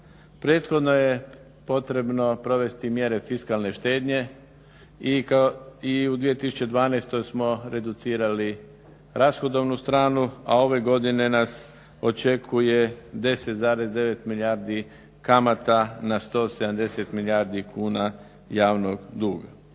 prethodno je potrebno provesti mjere fiskalne štednje i u 2012. smo reducirali rashodovnu stranu, a ove godine nas očekuje 10,9 milijardi kamata na 170 milijardi kuna javnog duga.